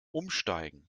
umsteigen